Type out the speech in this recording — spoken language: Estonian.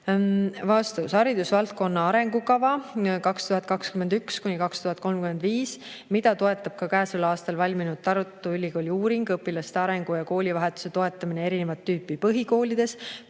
olles?" Haridusvaldkonna arengukava 2021–2035, mida toetab ka käesoleval aastal valminud Tartu Ülikooli uuring "Õpilaste arengu ja koolivahetuse toetamine erinevat tüüpi põhikoolides"